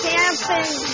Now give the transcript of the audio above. Dancing